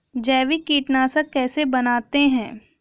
जैविक कीटनाशक कैसे बनाते हैं?